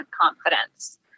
confidence